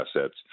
assets